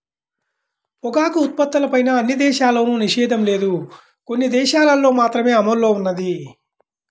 పొగాకు ఉత్పత్తులపైన అన్ని దేశాల్లోనూ నిషేధం లేదు, కొన్ని దేశాలల్లో మాత్రమే అమల్లో ఉన్నది